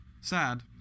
Sad